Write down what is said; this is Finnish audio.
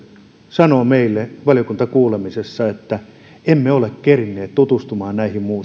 sanoo meille valiokuntakuulemisessa että emme ole kerinneet tutustumaan näihin muutoksiin